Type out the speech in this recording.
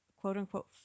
quote-unquote